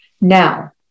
Now